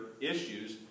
issues